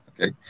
Okay